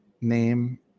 name